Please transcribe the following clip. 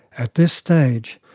at this stage,